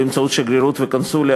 באמצעות השגרירות והקונסוליה,